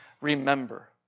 remember